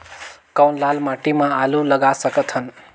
कौन लाल माटी म आलू लगा सकत हन?